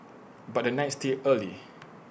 but the night still early